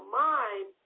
mind